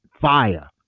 fire